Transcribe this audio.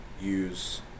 use